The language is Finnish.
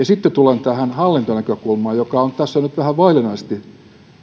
sitten tulen tähän hallintonäkökulmaan joka on tässä nyt vähän vaillinaisesti